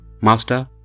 Master